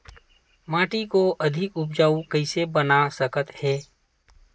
माटी को अधिक उपजाऊ कइसे बना सकत हे?